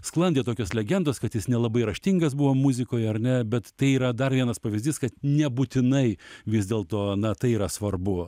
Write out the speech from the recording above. sklandė tokios legendos kad jis nelabai raštingas buvo muzikoje ar ne bet tai yra dar vienas pavyzdys kad nebūtinai vis dėlto na tai yra svarbu